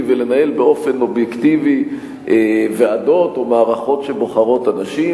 ולנהל באופן אובייקטיבי ועדות או מערכות שבוחרות אנשים,